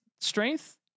strength